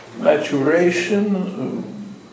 maturation